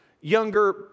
younger